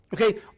okay